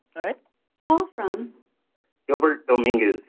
call from gilbert dominguez.